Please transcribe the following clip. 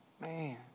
man